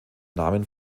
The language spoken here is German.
namen